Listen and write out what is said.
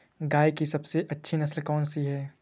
गाय की सबसे अच्छी नस्ल कौनसी है?